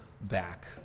back